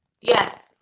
Yes